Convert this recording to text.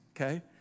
okay